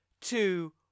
two